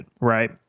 right